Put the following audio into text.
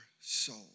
soul